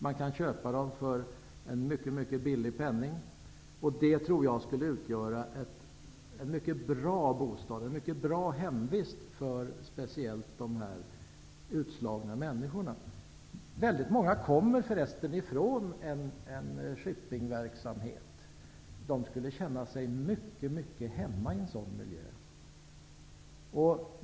Man kan köpa dem för en mycket billig penning. De tror jag skulle utgöra en mycket bra bostad, en bra hemvist, för speciellt de utslagna människorna. Väldigt många av dem kommer förresten från en shipping-verksamhet. De skulle känna sig mycket hemma i en sådan miljö.